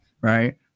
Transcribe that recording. right